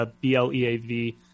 B-L-E-A-V